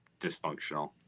dysfunctional